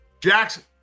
Jackson